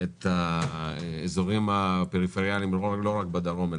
את האיזורים הפריפריאליים לא רק בדרום,